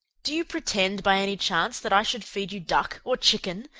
do you pretend, by any chance, that i should feed you duck or chicken?